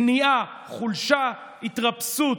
כניעה, חולשה, התרפסות,